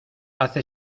hace